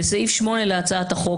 בסעיף 8 להצעת החוק,